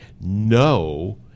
no